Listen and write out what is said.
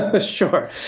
Sure